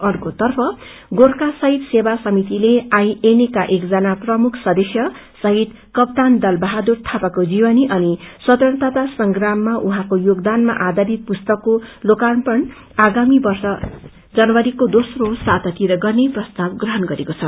अर्को तर्फ गोर्खा शहीद सेवा समितिले आईएनए का एकजना प्रमुख सदस्य शहीद कप्तान दल बहादुर थापाको जीवनी अनि सवतंत्रता संग्राममा उहाँको योगदानमा आधारित पुस्तकको लोर्कापण आगामी वर्ष जनवरीको दोम्रो साता तिर गर्ने प्रस्ताव ग्रहण गरेको छ